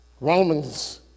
Romans